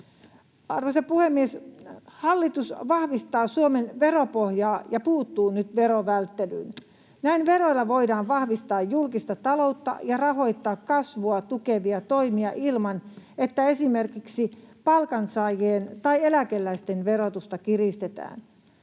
Arvoisa puhemies! Hallitus vahvistaa Suomen veropohjaa ja puuttuu nyt verovälttelyyn. Näin veroilla voidaan vahvistaa julkista taloutta ja rahoittaa kasvua tukevia toimia ilman, että esimerkiksi palkansaajien tai eläkeläisten verotusta kiristetään.